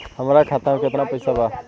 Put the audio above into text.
हमरा खाता मे केतना पैसा बा?